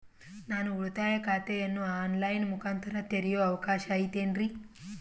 ನಾನು ಉಳಿತಾಯ ಖಾತೆಯನ್ನು ಆನ್ ಲೈನ್ ಮುಖಾಂತರ ತೆರಿಯೋ ಅವಕಾಶ ಐತೇನ್ರಿ?